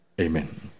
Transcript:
Amen